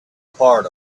part